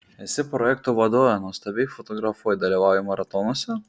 esi projektų vadovė nuostabiai fotografuoji dalyvauji maratonuose